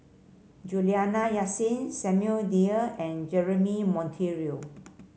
Juliana Yasin Samuel Dyer and Jeremy Monteiro